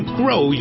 grow